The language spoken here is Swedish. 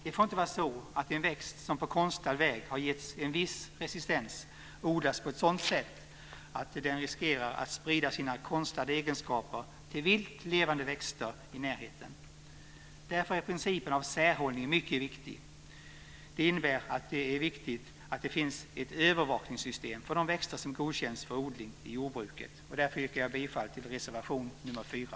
Det får inte vara så att en växt som på konstlad väg har getts en viss resistens odlas på ett sådant sätt att den riskerar att sprida sina konstlade egenskaper till vilt levande växter i närheten. Därför är särhållningsprincipen mycket viktig. Det innebär att det är viktigt att det finns ett övervakningssystem för de växter som godkänts för odling i jordbruket. Därför yrkar jag bifall till reservation nr 4.